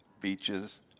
beaches